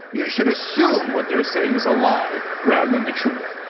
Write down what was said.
you should assume what they're saying is a lie rather than the truth,